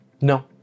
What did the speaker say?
No